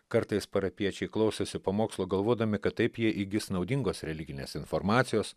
kartais parapijiečiai klausėsi pamokslo galvodami kad taip jie įgis naudingos religinės informacijos